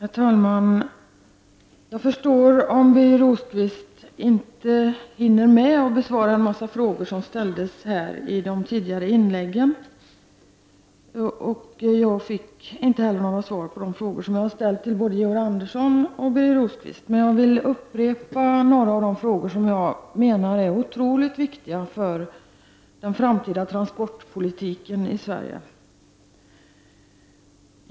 Herr talman! Jag förstår om Birger Rosqvist inte hinner med att besvara alla frågor som ställdes i de tidigare inläggen. Jag fick inte heller något svar på de frågor som jag ställde till både Georg Andersson och Birger Rosqvist. Men jag vill upprepa några av de frågor som jag menar är otroligt viktiga för den framtida transportpolitiken i Sverige.